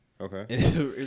Okay